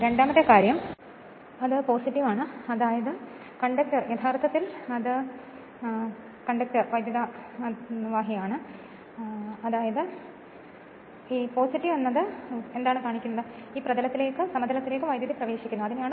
രണ്ടാമത്തെ കാര്യം അതായത് കണ്ടക്ടർ യഥാർത്ഥത്തിൽ അത് കണ്ടക്ടർ ആണ് എന്നാൽ വൈദ്യുതി സമതലത്തിലേക്ക് പ്രവേശിക്കുന്നു എന്നാണ്